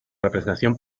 representación